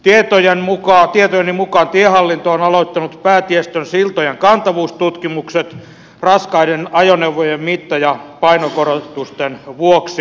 tietojeni mukaan tiehallinto on aloittanut päätiestön siltojen kantavuustutkimukset raskaiden ajoneuvojen mitta ja painokorotusten vuoksi